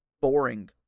boring